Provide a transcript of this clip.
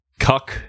Cuck